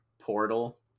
portal